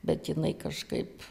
bet jinai kažkaip